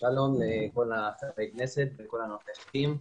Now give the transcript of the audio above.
שלום לכל חברי הכנסת ולכל הנוכחים.